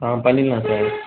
ஆ பண்ணிடலாம் சார்